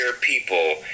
people